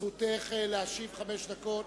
זכותך להשיב חמש דקות.